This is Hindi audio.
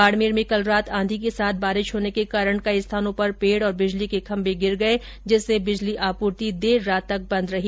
बाडमेर में कल रात आंधी के साथ बारिश होने के कारण कई स्थानों पर पेड और बिजली के खम्मे गिर गये जिससे बिजली आपूर्ति देररात तक बंद रही